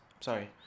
sorry